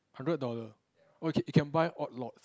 hundred dollar oh it it can buy odd lots